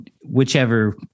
whichever